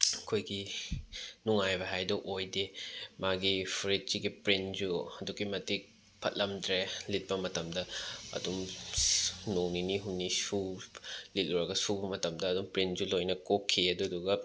ꯑꯩꯈꯣꯏꯒꯤ ꯅꯨꯡꯉꯥꯏꯕ ꯍꯥꯏꯗꯨ ꯑꯣꯏꯗꯦ ꯃꯥꯒꯤ ꯐꯨꯔꯤꯠꯁꯤꯒꯤ ꯄ꯭ꯔꯤꯟꯁꯨ ꯑꯗꯨꯛꯀꯤ ꯃꯇꯤꯛ ꯐꯠꯂꯝꯗ꯭ꯔꯦ ꯂꯤꯠꯄ ꯃꯇꯝꯗ ꯑꯗꯨꯝ ꯅꯣꯡ ꯅꯤꯅꯤ ꯍꯨꯝꯅꯤ ꯂꯤꯠꯂꯨꯔꯒ ꯁꯨꯕ ꯃꯇꯝꯗ ꯑꯗꯨꯝ ꯄ꯭ꯔꯤꯟꯁꯨ ꯂꯣꯏꯅ ꯀꯣꯛꯈꯤ ꯑꯗꯨꯗꯨꯒ